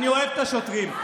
אני אוהב את השוטרים.